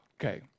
Okay